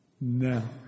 now